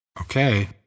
Okay